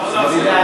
ידידי,